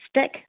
stick